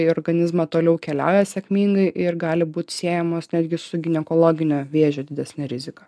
į organizmą toliau keliauja sėkmingai ir gali būt siejamos netgi su ginekologinio vėžio didesne rizika